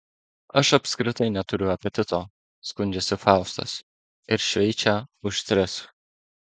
aš apskritai neturiu apetito skundžiasi faustas ir šveičia už tris